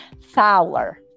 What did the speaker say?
Fowler